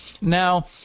Now